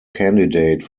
candidate